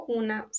una